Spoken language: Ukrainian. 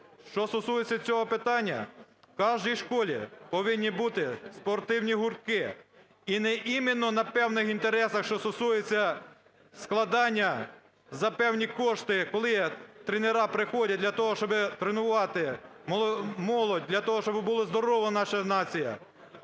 Що стосується цього питання, в кожній школі повинні бути спортивні гуртки і не іменно на певних інтересах, що стосується складання за певні кошти, коли тренера приходять для того, щоб тренувати молодь, для того, щоб була здорова наша нація